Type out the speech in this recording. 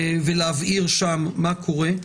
ולהבהיר שם מה קורה.